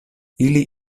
ili